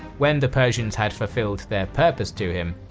when the persians had fulfilled their purpose to him,